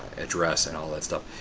address, and all that stuff.